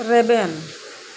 ᱨᱮᱵᱮᱱ